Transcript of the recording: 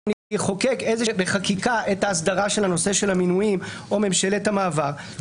אני אחוקק בחקיקה את ההסדרה של הנושא של המינויים או ממשלת המעבר,